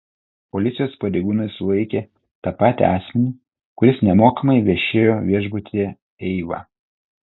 policijos pareigūnai sulaikė tą patį asmenį kuris nemokamai viešėjo viešbutyje eiva